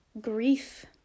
grief